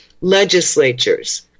legislatures